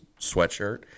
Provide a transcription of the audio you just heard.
sweatshirt